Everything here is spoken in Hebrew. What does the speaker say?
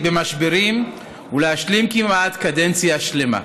במשברים, ולהשלים כמעט קדנציה שלמה.